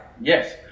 Yes